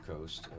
coast